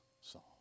song